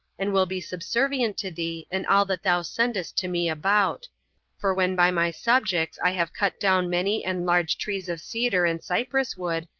and will be subservient to thee in all that thou sendest to me about for when by my subjects i have cut down many and large trees of cedar and cypress wood,